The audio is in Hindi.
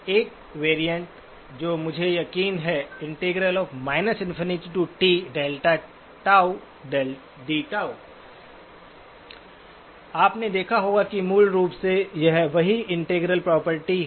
एक वैरिएंट जो मुझे यकीन है आपने देखा होगा कि मूल रूप से यह वही इंटीग्रल प्रॉपर्टी है